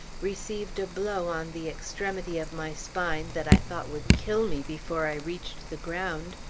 received a blow on the extremity of my spine that i thought would kill me before i reached the ground,